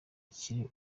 akiri